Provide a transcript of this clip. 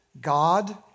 God